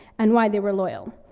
and why they were loyal.